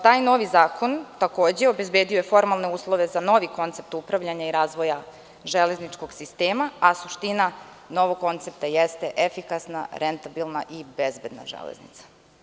Taj novi zakon takođe je obezbedio formalne uslove za novi koncept upravljanja i razvoja železničkog sistema, a suština novog koncepta jeste efikasna, rentabilna i bezbedna železnica.